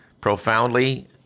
profoundly